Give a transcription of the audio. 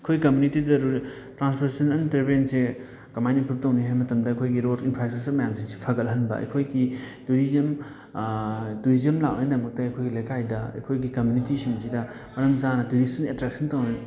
ꯑꯩꯈꯣꯏ ꯀꯝꯃꯨꯅꯤꯇꯤꯗ ꯇ꯭ꯔꯥꯟꯁꯄꯣꯔꯇꯦꯁꯟ ꯀꯃꯥꯏꯅ ꯏꯝꯄ꯭ꯔꯨꯕ ꯇꯧꯅꯤ ꯍꯥꯏꯕ ꯃꯇꯝꯗ ꯑꯩꯈꯣꯏꯒꯤ ꯔꯣꯗ ꯏꯟꯐ꯭ꯔꯥ ꯏꯁꯇ꯭ꯔꯛꯆꯔ ꯃꯌꯥꯝꯁꯦ ꯁꯤ ꯐꯒꯠꯍꯟꯕ ꯑꯩꯈꯣꯏꯒꯤ ꯇꯨꯔꯤꯖꯝ ꯇꯨꯔꯤꯖꯝ ꯂꯥꯛꯅꯉꯥꯏꯒꯤꯗꯃꯛꯇ ꯑꯩꯈꯣꯏꯒꯤ ꯂꯩꯀꯥꯏꯗ ꯑꯩꯈꯣꯏꯒꯤ ꯀꯝꯃ꯭ꯌꯨꯅꯤꯇꯤ ꯁꯤꯡꯁꯤꯗ ꯃꯔꯝ ꯆꯥꯅ ꯇꯨꯔꯤꯁꯁꯤꯡ ꯑꯦꯇ꯭ꯔꯦꯛꯁꯟ